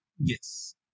Yes